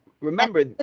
remember